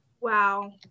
Wow